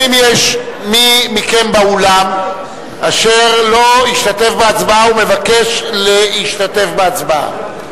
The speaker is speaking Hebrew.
האם יש באולם מי מכם אשר לא השתתף בהצבעה ומבקש להשתתף בהצבעה?